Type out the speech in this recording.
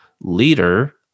leader